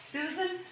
Susan